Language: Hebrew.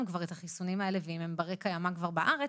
כבר את החיסונים האלה ואם הם בני קיימא כבר בארץ,